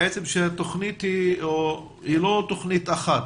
שהתוכנית היא לא תוכנית אחת,